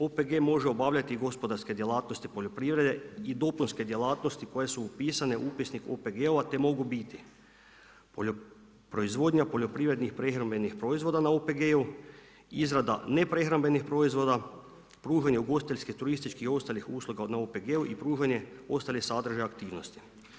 OPG može obavljati gospodarske djelatnosti poljoprivrede i dopunske djelatnosti koje su upisane u upisnik OPG-ova te mogu biti proizvodnja poljoprivrednih prehrambenih proizvoda na OPG-u, izrada neprehrambenih proizvoda, pružanje ugostiteljskih i turističkih i ostalih usluga na OPG-u i pružanje ostalih sadržaja i aktivnosti.